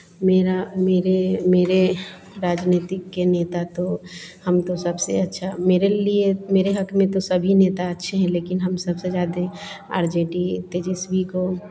मेरा मेरे मेरे राजनीतिक के नेता तो हम तो सबसे अच्छा मेरे लिए मेरे लिए मेरे हक में तो सभी नेता अच्छे हैं लेकिन हम सबसे ज़्यादे आर जे डी तेजस्वी को